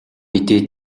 мэдээ